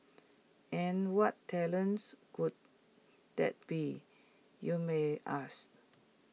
and what talents could that be you may ask